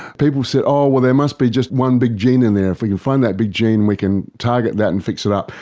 people say, oh, there must be just one big gene in there, if we can find that big gene we can target that and fix it up.